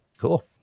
Cool